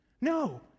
No